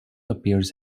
appears